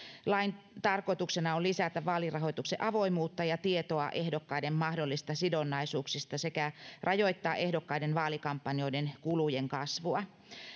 lain tarkoituksena on lisätä vaalirahoituksen avoimuutta ja tietoa ehdokkaiden mahdollisista sidonnaisuuksista sekä rajoittaa ehdokkaiden vaalikampanjoiden kulujen kasvua